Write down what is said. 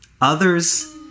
others